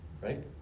right